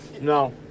No